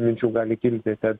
minčių gali kilti kad